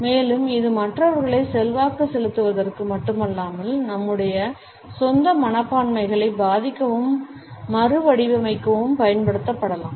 மேலும் இது மற்றவர்களை செல்வாக்கு செலுத்துவதற்கு மட்டுமல்லாமல் நம்முடைய சொந்த மனப்பான்மைகளை பாதிக்கவும் மறுவடிவமைக்கவும் பயன்படுத்தப்படலாம்